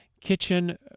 Kitchen